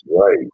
right